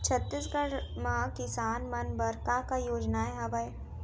छत्तीसगढ़ म किसान मन बर का का योजनाएं हवय?